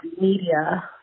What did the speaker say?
media